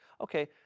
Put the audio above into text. okay